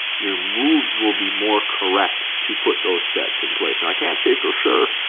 your moves will be more correct to put those steps in place. and i can't say for sure,